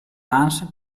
hans